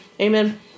Amen